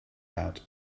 about